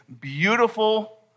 beautiful